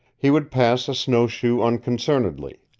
he would pass a snowshoe unconcernedly.